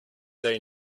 they